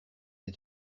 des